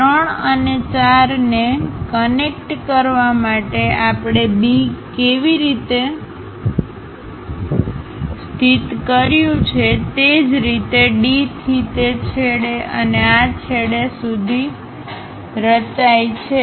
3 અને 4 ને કનેક્ટ કરવા માટે આપણે B કેવી રીતે સ્થિત કર્યું છે તે જ રીતે D થી તે છેડે અને આ છેડે સુધી રચાય છે